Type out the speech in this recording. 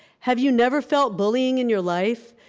have you never felt bullying in your life?